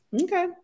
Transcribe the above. Okay